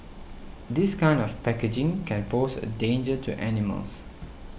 this kind of packaging can pose a danger to animals